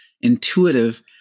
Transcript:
intuitive